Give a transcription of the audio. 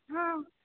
हँ